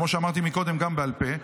כמו שאמרתי קודם גם בעל פה,